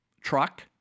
truck